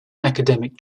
academic